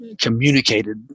communicated